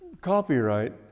copyright